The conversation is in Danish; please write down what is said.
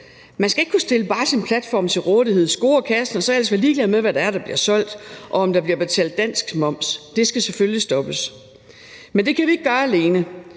Man skal ikke bare kunne stille sin platform til rådighed, score kassen og så ellers være ligeglad med, hvad det er, der bliver solgt, og om der bliver betalt dansk moms. Det skal selvfølgelig stoppes. Men det kan vi ikke gøre alene.